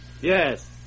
Yes